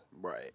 Right